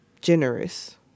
generous